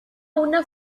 una